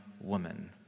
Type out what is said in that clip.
woman